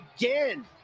again